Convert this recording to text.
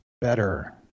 better